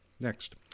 Next